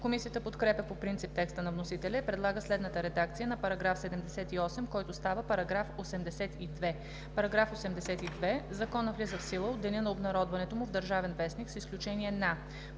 Комисията подкрепя по принцип текста на вносителя и предлага следната редакция на § 78, който става § 82: „§ 82. Законът влиза в сила от деня на обнародването му в „Държавен вестник“, с изключение на: